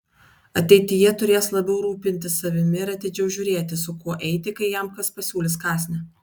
ateityje turės labiau rūpintis savimi ir atidžiau žiūrėti su kuo eiti kai jam kas pasiūlys kąsnį